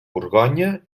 borgonya